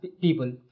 people